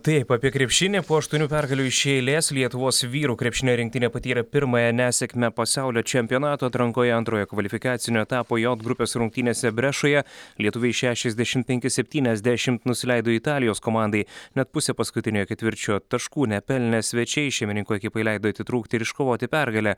taip apie krepšinį po aštuonių pergalių iš eilės lietuvos vyrų krepšinio rinktinė patyrė pirmąją nesėkmę pasaulio čempionato atrankoje antrojo kvalifikacinio etapo j grupės rungtynėse brešoje lietuviai šešiasdešimt penki septyniasdešimt nusileido italijos komandai net pusę paskutiniojo ketvirčio taškų nepelnė svečiai šeimininkų ekipai leido atitrūkti ir iškovoti pergalę